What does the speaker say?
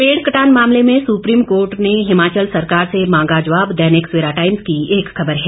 पेड़ कटान मामले में सुप्रीम कोर्ट ने हिमाचल सरकार से मांगा जवाब दैनिक सवेरा टाइम्स की एक खबर है